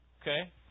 Okay